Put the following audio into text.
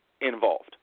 involved